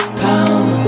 come